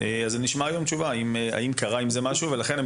ואני אשמע היום תשובה האם קרה עם זה משהו ולכן,